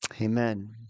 Amen